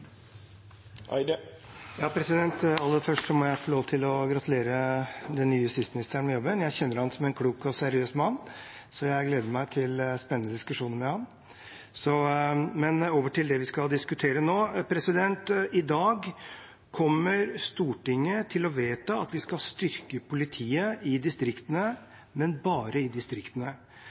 Aller først må jeg få lov til å gratulere den nye justisministeren med jobben. Jeg kjenner ham som en klok og seriøs mann, så jeg gleder meg til spennende diskusjoner med ham. Men over til det vi skal diskutere nå. I dag kommer Stortinget til å vedta at vi skal styrke politiet i distriktene – men bare i distriktene.